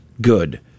good